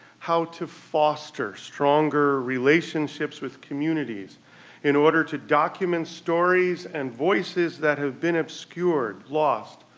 how to foster stronger relationships with communities in order to document stories and voices that have been obscured, lost,